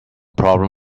problem